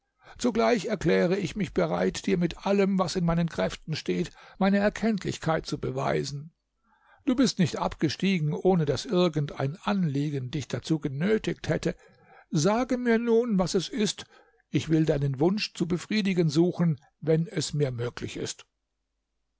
zugleich erkläre ich mich bereit dir mit allem was in meinen kräften steht meine erkenntlichkeit zu beweisen du bist nicht abgestiegen ohne daß irgend ein anliegen dich dazu genötigt hätte sage mir nun was es ist ich will deinen wunsch zu befriedigen suchen wenn es mir möglich ist